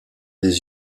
des